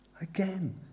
Again